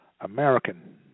American